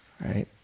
right